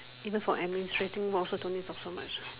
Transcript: even for administrating work also don't need to talk so much